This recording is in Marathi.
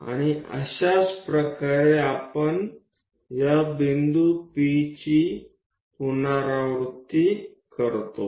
आणि अशाच प्रकारे आपण या बिंदू P ची पुनरावृत्ती करतो